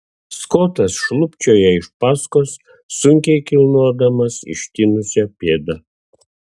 skotas šlubčioja iš paskos sunkiai kilnodamas ištinusią pėdą